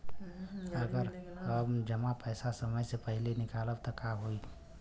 अगर हम जमा पैसा समय से पहिले निकालब त का होई?